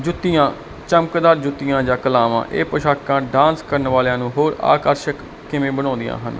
ਜੁੱਤੀਆਂ ਚਮਕਦਾ ਜੁੱਤੀਆਂ ਜਾਂ ਕਲਾਵਾਂ ਇਹ ਪੋਸ਼ਾਕਾਂ ਡਾਂਸ ਕਰਨ ਵਾਲਿਆਂ ਨੂੰ ਹੋਰ ਆਕਾਰਸ਼ਕ ਕਿਵੇਂ ਬਣਾਉਂਦੇ ਹਨ